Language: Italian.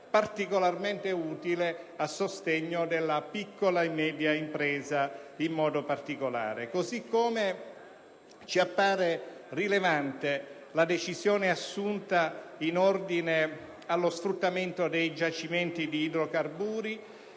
particolarmente utili a sostegno della piccola e media impresa. Ci appare rilevante la decisione assunta in ordine allo sfruttamento dei giacimenti di idrocarburi